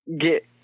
get